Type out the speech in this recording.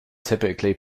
typically